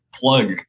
plug